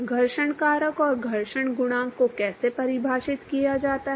घर्षण कारक और घर्षण गुणांक को कैसे परिभाषित किया जाता है